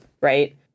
right